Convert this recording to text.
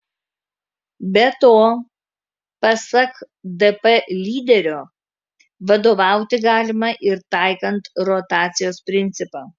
be to pasak dp lyderio vadovauti galima ir taikant rotacijos principą